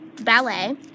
ballet